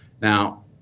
now